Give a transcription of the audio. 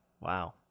Wow